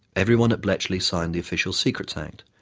everyone at bletchley signed the official secrets act,